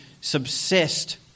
subsist